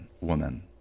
woman